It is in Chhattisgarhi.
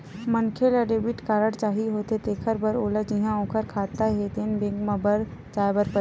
मनखे ल डेबिट कारड चाही होथे तेखर बर ओला जिहां ओखर खाता हे तेन बेंक म जाए बर परही